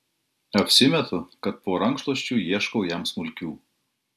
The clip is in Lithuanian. apsimetu kad po rankšluosčiu ieškau jam smulkių